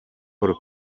paul